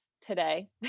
today